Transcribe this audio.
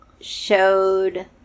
showed